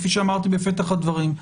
כפי שאמרתי בפתח הדברים,